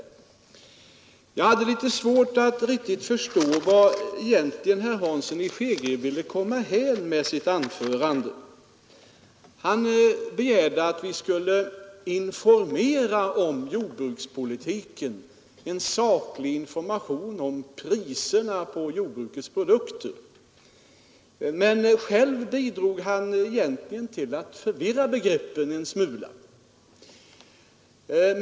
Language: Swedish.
Jag hade litet svårt att riktigt förstå vart herr Hansson i Skegrie ville komma med sitt anförande. Han begärde att vi skulle informera om jordbrukspolitiken och lämna saklig information om priserna på jordbrukets produkter. Själv bidrog han egentligen till att förvirra begreppen en smula.